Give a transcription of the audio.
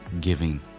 giving